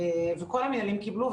וכל המינהלים קיבלו.